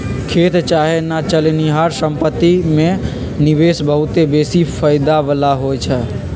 खेत चाहे न चलनिहार संपत्ति में निवेश बहुते बेशी फयदा बला होइ छइ